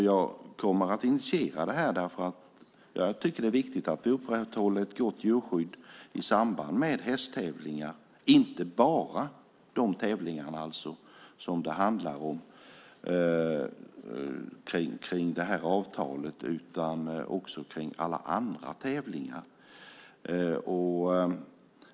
Jag kommer att initiera det, för jag tycker att det är viktigt att vi upprätthåller ett gott djurskydd i samband med hästtävlingar, inte bara de tävlingar som det handlar om i avtalet utan alla andra tävlingar.